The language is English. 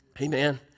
amen